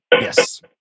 yes